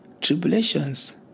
tribulations